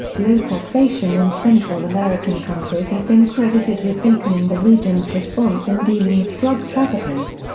low taxation in central american countries has been credited with weakening the region's response in dealing with drug traffickers.